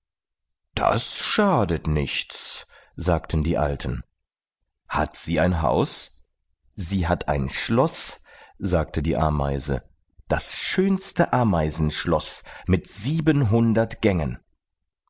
das schadet nichts sagten die alten hat sie ein haus sie hat ein schloß sagte die ameise das schönste ameisenschloß mit siebenhundert gängen